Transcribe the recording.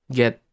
get